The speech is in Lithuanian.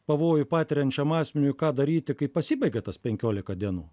pavojų patiriančiam asmeniui ką daryti kai pasibaigia tas penkiolika dienų